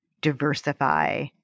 diversify